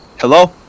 Hello